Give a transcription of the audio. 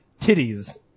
Titties